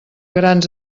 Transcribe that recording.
grans